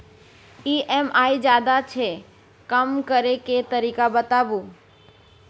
EMI ज्यादा छै कम करै के तरीका बताबू?